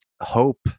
hope